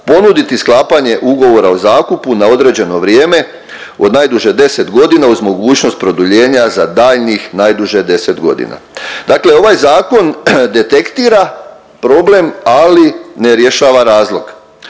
ponuditi sklapanje ugovora o zakupu na određeno vrijeme od najduže 10.g. uz mogućnost produljenja za daljnjih najduže 10.g.. Dakle ovaj zakon detektira problem, ali ne rješava razlog.